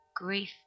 Grief